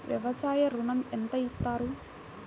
వ్యవసాయ ఋణం ఎంత ఇస్తారు?